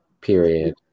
Period